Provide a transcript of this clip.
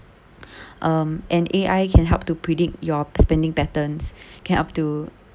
um and A_I can help to predict your spending patterns can up to